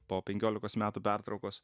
po penkiolikos metų pertraukos